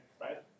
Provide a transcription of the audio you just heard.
Right